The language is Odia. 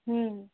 ହୁଁ